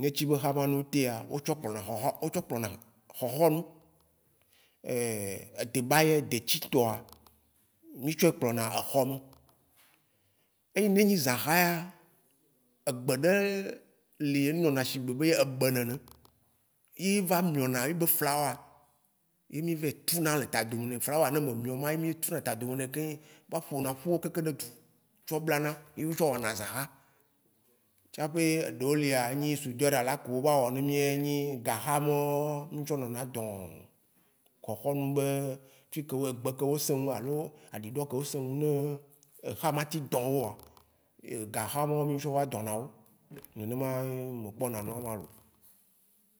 nɛtsi be xama ne o tea, o tsɔ kplɔna xɔxɔ, o tsɔ kplɔna xɔxɔnu, eee debayɛ detsi tɔa, mi tsɔɛ kplɔna exɔ me. Eyi ne nyi zãxa ya, egbe ɖe li, e nɔna shigbe be ebe nenè, yi va miɔna yebe flawa ye mi va yi tsuna le tadome nɛ, flawa yi ne be miõ ma, ye mi tsuna le tadome nɛ keŋ va ƒonaƒu okekeŋ ɖe dzu tsɔ blana. Ye o tsɔ wɔna zãxa. Tsaƒe ɖewo li enyi, (soudeur à l'arc)wo va wɔ ne mi yea e nyi gaxa mao mi tsɔ nɔna dɔ̃ xɔxɔnu be fikewo egbe kewo sĩŋ alo aɖiɖɔ kewo sĩŋ ne exa ma teŋ dõ woa. Gaxa mawo mi tsɔ va siawo. nènè ma ye me kpɔna nua ema loo.